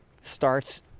starts